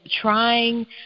trying